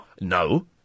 No